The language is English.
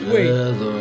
Wait